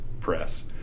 press